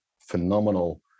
phenomenal